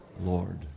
Lord